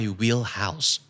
wheelhouse